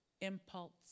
impulse